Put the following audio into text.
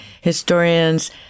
historians